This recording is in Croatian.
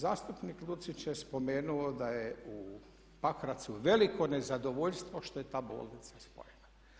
Zastupnik Lucić je spomenuo da je u Pakracu veliko nezadovoljstvo što je ta bolnica spojena.